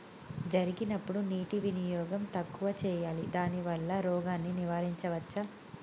జరిగినప్పుడు నీటి వినియోగం తక్కువ చేయాలి దానివల్ల రోగాన్ని నివారించవచ్చా?